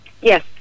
Yes